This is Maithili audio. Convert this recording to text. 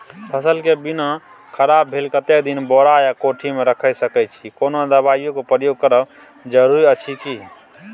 फसल के बीना खराब भेल कतेक दिन बोरा या कोठी मे रयख सकैछी, कोनो दबाईयो के प्रयोग करब जरूरी अछि की?